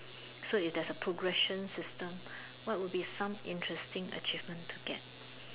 so if there's a progression system what would be some interesting achievement to get